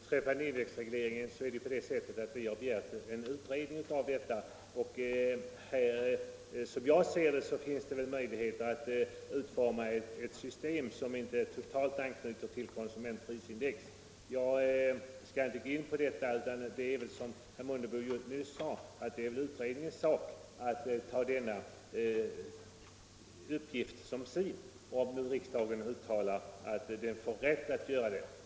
Herr talman! Vi har begärt en utredning beträffande indexregleringen. Som jag ser det finns det möjligheter att utforma ett system som inte totalt anknyter till konsumentprisindex. Jag skall inte gå in på detta utan det är, som herr Mundebo nyss sade, utredningens sak att ta sig an denna uppgift om riksdagen ger den rätt att göra det.